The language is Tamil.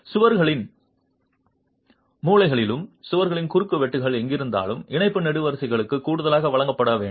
சுவர்களின் மூலைகளிலும் சுவர்களின் குறுக்குவெட்டுகள் எங்கிருந்தாலும் இணைப்பு நெடுவரிசைகளும் கூடுதலாக வழங்கப்பட வேண்டும்